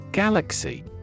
Galaxy